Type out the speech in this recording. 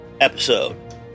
episode